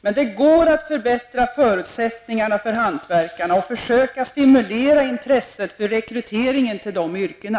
Det går att förbättra förutsättningarna för hantverkarna och att stimulera intresset för rekryteringen till dessa yrken.